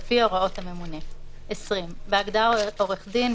לפי הוראות הממונה,"; בהגדרה "עורך דין",